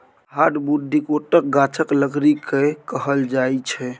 hardwood डिकौटक गाछक लकड़ी केँ कहल जाइ छै